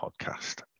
podcast